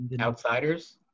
Outsiders